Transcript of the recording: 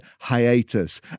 hiatus